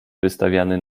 wystawiany